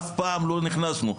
אף פעם לא נכנסנו,